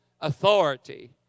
authority